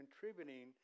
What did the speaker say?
contributing